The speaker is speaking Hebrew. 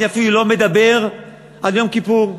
אני אפילו לא מדבר על יום כיפור.